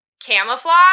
camouflage